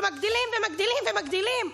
ומגדילים ומגדילים ומגדילים,